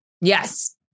Yes